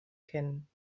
kennen